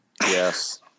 Yes